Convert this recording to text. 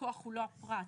ולא הפרט.